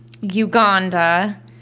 Uganda